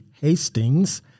Hastings